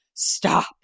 Stop